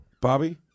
Bobby